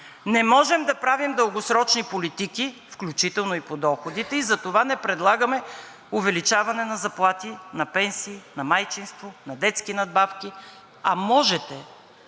„Не можем да правим дългосрочни политики, включително и по доходите, и затова не предлагаме увеличаване на заплати, на пенсии, на майчинство, на детски надбавки.“ А можете да